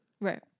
Right